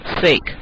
sake